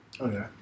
Okay